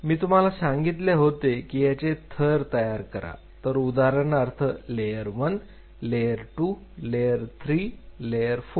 मी तुम्हाला सांगितले होते की याचे थर तयार करा तर उदाहरणार्थ लेयर 1 लेयर 2 लेयर 3 लेयर 4